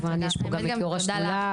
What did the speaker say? יש פה גם את יו"ר השדולה,